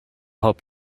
help